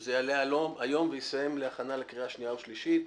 ושזה יעלה היום ויסתיים להכנה לקריאה שנייה ושלישית.